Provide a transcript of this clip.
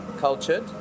cultured